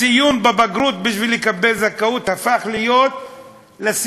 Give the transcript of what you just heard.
הציון בבגרות בשביל לקבל זכאות הפך להיות "עובר".